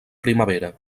primavera